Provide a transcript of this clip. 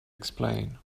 explain